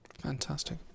Fantastic